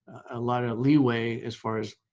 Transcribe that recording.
a lot of leeway as far as,